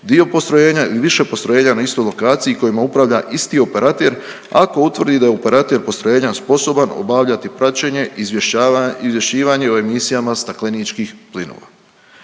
dio postrojenja ili više postrojenja na istoj lokaciji kojima upravlja isti operater ako utvrdi da je operater postrojenja sposoban obavljati praćenje, izvješćivanje o emisijama stakleničkih plinova.